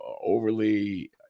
overly